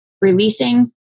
releasing